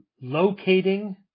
locating